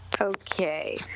Okay